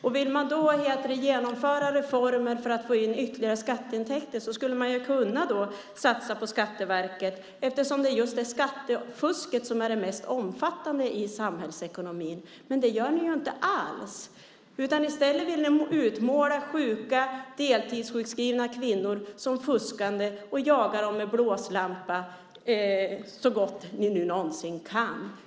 Om man vill genomföra reformer för att få in ytterligare skatteintäkter skulle man ju kunna satsa på Skatteverket eftersom just skattefusket är det mest omfattande i samhällsekonomin. Men det gör ni inte alls. I stället vill ni utmåla sjuka, deltidssjukskrivna kvinnor som fuskande och jaga dem med blåslampa så gott ni någonsin kan.